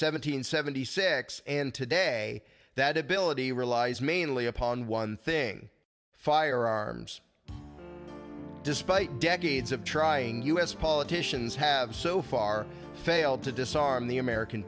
hundred seventy six and today that ability relies mainly upon one thing firearms despite decades of trying u s politicians have so far failed to disarm the american